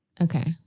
Okay